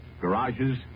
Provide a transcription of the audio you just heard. garages